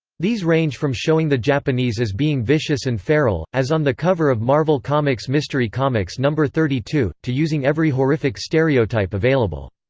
these range from showing the japanese as being vicious and feral, as on the cover of marvel comic's mystery comics no. thirty two, to using every horrific stereotype available.